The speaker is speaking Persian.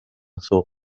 سوق